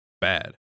bad